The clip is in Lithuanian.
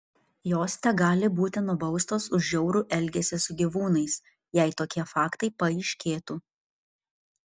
jos tegali būti nubaustos už žiaurų elgesį su gyvūnais jei tokie faktai paaiškėtų